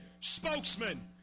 spokesman